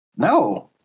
No